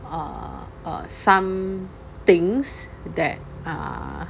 err err some things that are